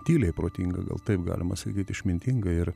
tyliai protinga gal taip galima sakyt išmintinga ir